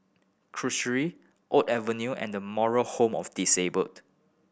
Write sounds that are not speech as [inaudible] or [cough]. [unintelligible] Oak Avenue and The Moral Home of Disabled